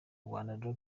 rwanda